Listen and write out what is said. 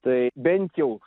tai bent jau